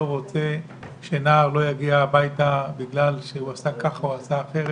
לא רוצה שנער לא יגיע הביתה בגלל שהוא עשה כך או עשה אחרת,